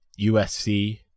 USC